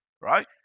right